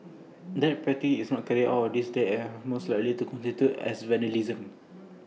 that practice is not carried out these days as IT most likely constitutes as vandalism